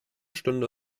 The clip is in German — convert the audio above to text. stunde